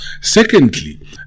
Secondly